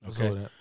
Okay